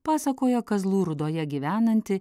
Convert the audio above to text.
pasakojo kazlų rūdoje gyvenanti